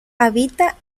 habita